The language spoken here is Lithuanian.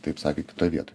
taip sakė kitoj vietoj